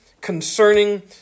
concerning